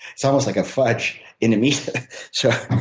it's almost like a fudge in the meat. so